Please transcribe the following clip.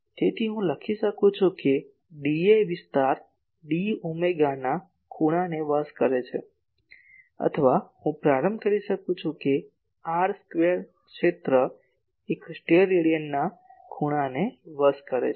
તેથી હું લખી શકું છું કે dA વિસ્તાર d ઓમેગાના ખૂણાને વશ કરે છે અથવા હું પ્રારંભ કરી શકું છું કે r સ્ક્વેર ક્ષેત્ર એક સ્ટેરેડિયનના ખૂણાને વશ કરે છે